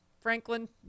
Franklin